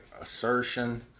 assertion